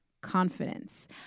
confidence